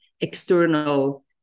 external